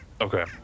Okay